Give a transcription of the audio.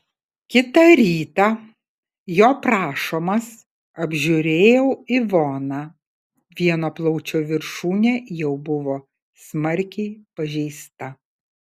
kitą rytą jo prašomas apžiūrėjau ivoną vieno plaučio viršūnė jau buvo smarkiai pažeista